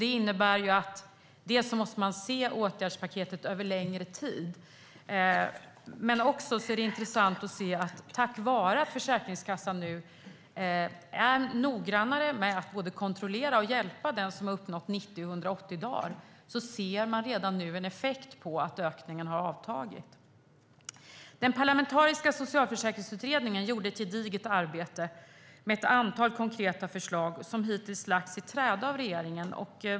Det innebär dels att man måste se åtgärdspaketet över längre tid, dels, vilket är intressant, att tack vare att Försäkringskassan nu är noggrannare med att både kontrollera och hjälpa den som har uppnått 90 och 180 dagar ser man redan nu effekten att ökningen har avtagit. Den parlamentariska socialförsäkringsutredningen gjorde ett gediget arbete med ett antal konkreta förslag som hittills har lagts i träda av regeringen.